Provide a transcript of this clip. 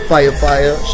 Firefire